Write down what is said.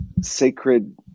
sacred